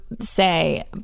say